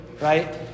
Right